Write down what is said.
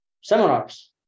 seminars